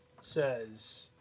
says